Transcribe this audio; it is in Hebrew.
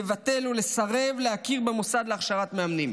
לבטל ולסרב להכיר במוסד להכשרת מאמנים.